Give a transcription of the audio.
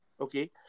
Okay